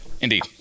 Indeed